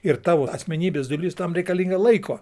ir tavo asmenybės dalis tam reikalinga laiko